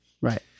Right